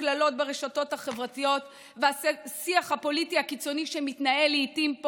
הקללות ברשתות החברתיות והשיח הפוליטי הקיצוני שמתנהל פה לעיתים,